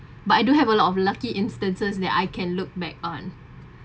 but I do have a lot of lucky instances that I can look back on